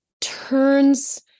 turns